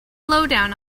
lowdown